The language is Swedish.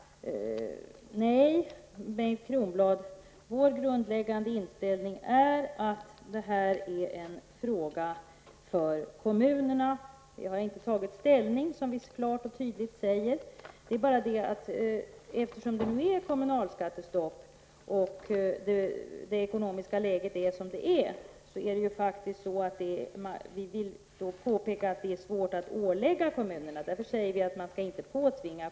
Vår grundläggande inställning, Bengt Kronblad, är att detta är en fråga för kommunerna. Vi har inte tagit ställning, vilket klart och tydligt framgår. Eftersom det nu är kommunalskattestopp och det ekonomiska läget är som det är, vill vi påpeka att det är svårt att ålägga kommunerna något.